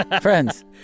Friends